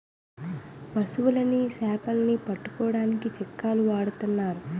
పశువులని సేపలని పట్టుకోడానికి చిక్కాలు వాడతన్నారు